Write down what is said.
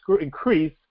increase